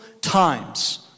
times